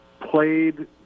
played